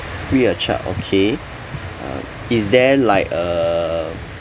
free of charge okay uh is there like um